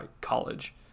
college